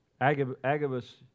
Agabus